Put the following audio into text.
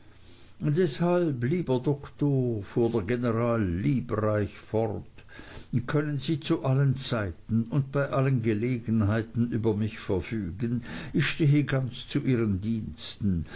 deshalb lieber doktor fuhr der general liebreich fort können sie zu allen zeiten und bei allen gelegenheiten über mich verfügen ich stehe ganz zu ihren diensten